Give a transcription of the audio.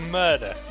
murder